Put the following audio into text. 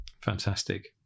Fantastic